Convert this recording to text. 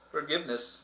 Forgiveness